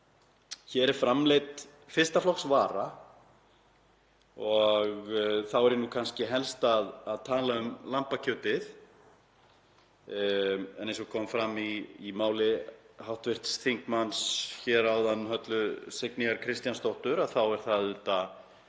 Hér er framleidd fyrsta flokks vara og þá er ég kannski helst að tala um lambakjötið. Eins og kom fram í máli hv. þingmanns hér áðan, Höllu Signýjar Kristjánsdóttur, er þetta